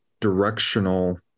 directional